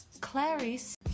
Clarice